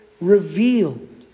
revealed